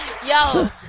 Yo